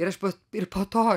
ir aš po ir po to